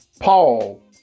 Paul